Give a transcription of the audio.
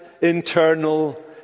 internal